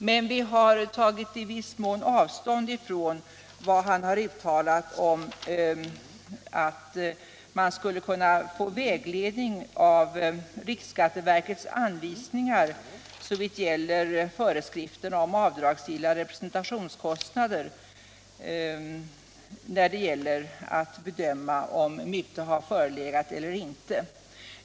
Men vi har i viss mån tagit avstånd från departementschefens uttalande att man bör kunna få vägledning av riksskatteverkets anvisningar såvitt gäller föreskriften om avdragsgilla representationskostnader vid bedömningen av om muta har förelegat eller inte.